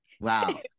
Wow